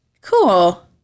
Cool